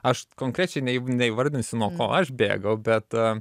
aš konkrečiai neįvardinsiu nuo ko aš bėgau bet